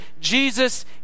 Jesus